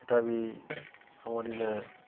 ସେଟା ବିି ଆମର୍ ଇନେ